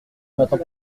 m’attend